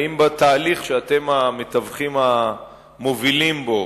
האם בתהליך, שאתם המתווכים המובילים בו,